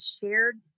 shared